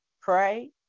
pray